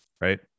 right